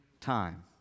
time